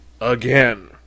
again